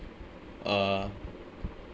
uh